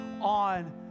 on